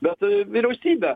bet vyriausybę